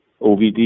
OVD